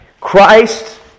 Christ